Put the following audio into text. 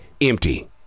empty